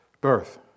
birth